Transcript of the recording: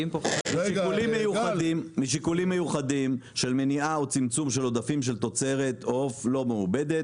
משיקולים מיוחדים של מניעה או צמצום של עודפים של תוצרת עוף לא מעובדת,